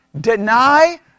deny